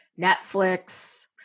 Netflix